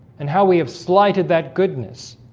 and how we have slighted that goodness